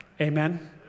Amen